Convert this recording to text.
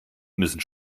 müssen